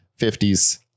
50s